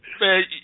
man